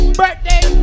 birthday